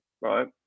right